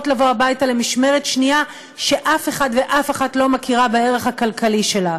לבוא הביתה למשמרת שנייה שאף אחד ואף אחת לא מכירה בערך הכלכלי שלה.